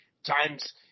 times